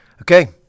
Okay